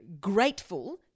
grateful